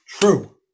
true